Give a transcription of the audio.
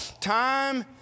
time